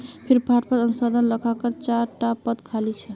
फ्लिपकार्टत अनुसंधान लेखाकारेर चार टा पद खाली छ